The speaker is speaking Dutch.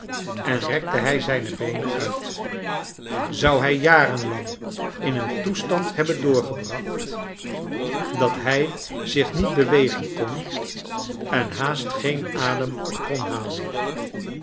en rekte hij zijne beenen uit zou hij jarenlang in een toestand hebben doorgebracht dat hij zich niet bewegen kon en haast geen adem kon halen